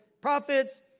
prophets